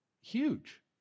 huge